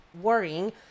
worrying